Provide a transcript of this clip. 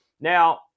Now